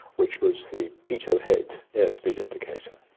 which was the pitot so head airspeed indicator.